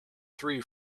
three